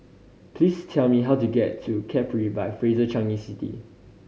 please tell me how to get to Capri by Fraser Changi City